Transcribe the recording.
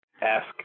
Ask